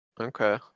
Okay